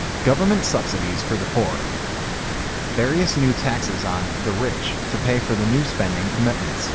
government subsidies for the poor various new taxes on the rich to pay for the new spending commitments